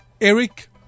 Eric